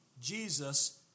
Jesus